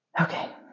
okay